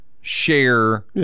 share